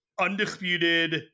undisputed